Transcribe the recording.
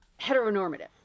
heteronormative